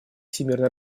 всемирной